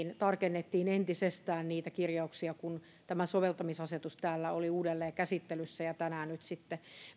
tarkennettiin entisestään niitä kirjauksia kun tämä soveltamisasetus täällä oli uudelleen käsittelyssä ja tänään nyt sitten